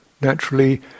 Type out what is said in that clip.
naturally